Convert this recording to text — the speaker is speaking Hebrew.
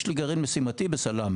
יש לי גרעין משימתי בסלאמה,